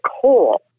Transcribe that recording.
coal